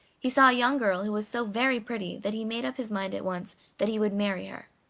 he saw a young girl who was so very pretty that he made up his mind at once that he would marry her.